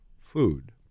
food